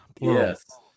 Yes